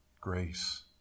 Grace